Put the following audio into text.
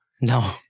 No